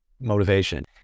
motivation